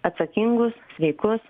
atsakingus sveikus